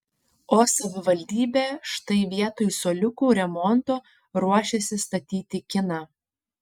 o savivaldybė štai vietoj suoliukų remonto ruošiasi statyti kiną